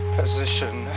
position